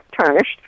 tarnished